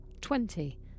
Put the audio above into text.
Twenty